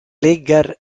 ligger